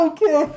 Okay